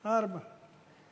ארבע.